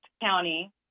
county